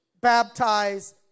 baptize